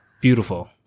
Beautiful